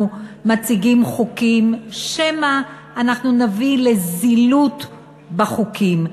מציגים חוקים שמא אנחנו נביא לזילות החוקים.